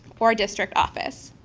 or a district office.